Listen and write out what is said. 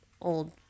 old